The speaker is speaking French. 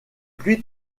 pluies